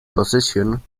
possession